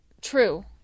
True